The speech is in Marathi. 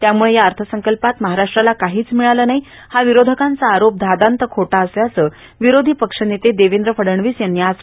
त्यामुळे या अर्थसंकल्पात महाराष्ट्राला काहीच मिळाले नाही हा विरोधकांचा आरोप धादांत खोटा असल्याचं विरोधी पक्षनेते देवेंद्र फडणवीस यांनी आज स्पष्ट केलं